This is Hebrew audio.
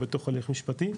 או בתוך הליך משפטי,